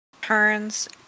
turns